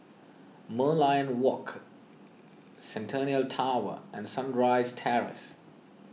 Merlion Walk Centennial Tower and Sunrise Terrace